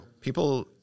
people